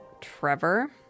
Trevor